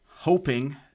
hoping